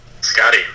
Scotty